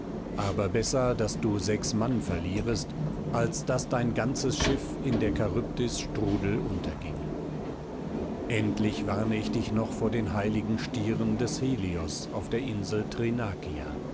aber besser daß du sechs mann verlierest als daß dein ganzes schiff in der charybdis strudel unterginge endlich warne ich dich noch vor den heiligen stieren des helios auf der insel